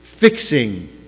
Fixing